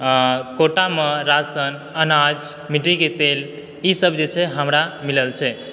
कोटामे राशन अनाज मिट्टीके तेल ईसभ जे छै हमरा मिलल छै